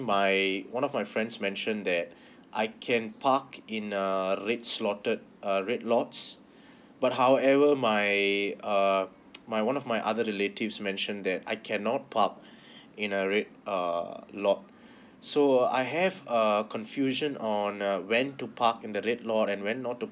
my one of my friends mention that I can park in a red slotted uh red lots but however my uh my one of my other relatives mention that I cannot park in a red err lot so I have err confusion on uh when to park in the red lot and when not to